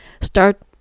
start